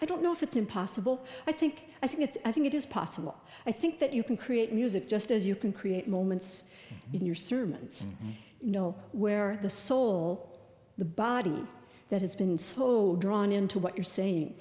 i don't know if it's impossible i think i think it's i think it is possible i think that you can create music just as you can create moments in your sermons you know where the soul the body that has been slow drawn into what you're saying